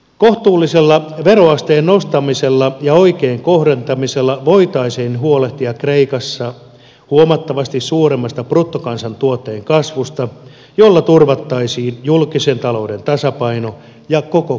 kohtuullisella veroasteen nostamisella ja oikein kohdentamisella voitaisiin huolehtia kreikassa huomattavasti suuremmasta bruttokansantuotteen kasvusta jolla turvattaisiin julkisen talouden tasapaino ja koko kansan hyvinvointi